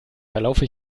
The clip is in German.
verlaufe